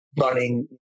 running